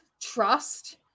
trust